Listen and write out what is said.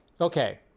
okay